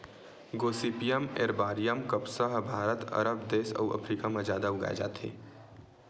Gossypium arboreum कपसा ह भारत, अरब देस अउ अफ्रीका म जादा उगाए जाथे